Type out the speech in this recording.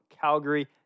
Calgary